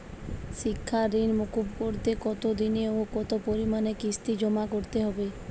শিক্ষার ঋণ মুকুব করতে কতোদিনে ও কতো পরিমাণে কিস্তি জমা করতে হবে?